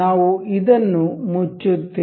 ನಾವು ಇದನ್ನು ಮುಚ್ಚುತ್ತೇವೆ